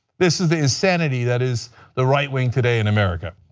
this is the insanity that is the right wing today in america.